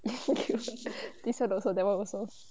this [one] also that [one] also